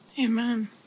Amen